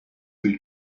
will